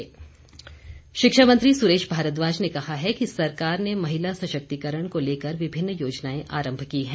सुरेश भारद्वाज शिक्षा मंत्री सुरेश भारद्वाज ने कहा है कि सरकार ने महिला सशक्तिकरण को लेकर विभिन्न योजनाएं आरंभ की है